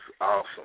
awesome